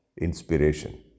inspiration